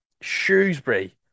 shrewsbury